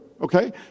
Okay